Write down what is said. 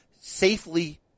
safely